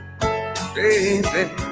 Baby